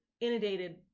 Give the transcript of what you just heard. inundated